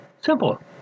Simple